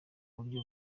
buryo